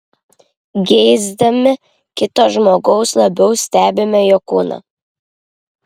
geisdami kito žmogaus labiau stebime jo kūną